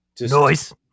Noise